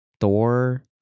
Thor